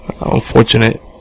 unfortunate